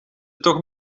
toch